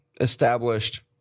established